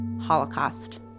Holocaust